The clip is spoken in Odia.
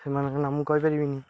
ସେମାନଙ୍କ ନାଁ ମୁଁ କହିପାରିବିନି